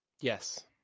Yes